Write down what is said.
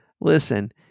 Listen